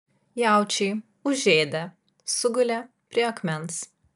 jaučiai užėdę sugulė prie akmens